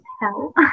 hell